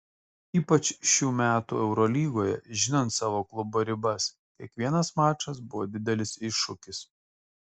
ypač šių metų eurolygoje žinant savo klubo ribas kiekvienas mačas buvo didelis iššūkis